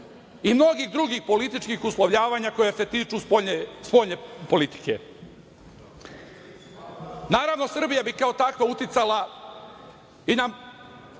i mnogih drugih političkih uslovljavanja koja se tiču spoljne politike. Naravno, Srbija bi kao takva uticala i na,